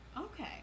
okay